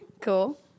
Cool